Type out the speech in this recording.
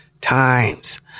Times